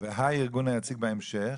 והארגון היציג בהמשך.